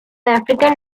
african